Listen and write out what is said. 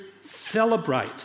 celebrate